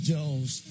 Jones